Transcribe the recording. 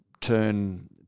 turn